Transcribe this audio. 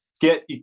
get